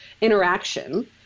interaction